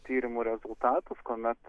tyrimų rezultatus kuomet